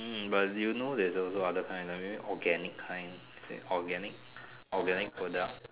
hmm but you know there's also other kind like maybe organic kind is it organic organic product